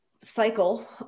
cycle